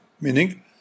meaning